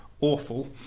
awful